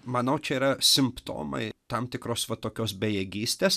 manau čia yra simptomai tam tikros va tokios bejėgystės